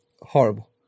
horrible